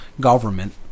government